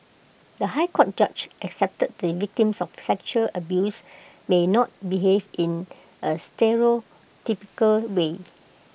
the High Court judge accepted that victims of sexual abuse may not behave in A stereotypical way